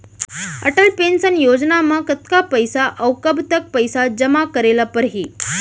Atal pension योजना म कतका पइसा, अऊ कब तक पइसा जेमा करे ल परही?